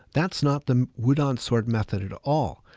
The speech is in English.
that's not the wudang sword method at all.